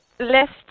Left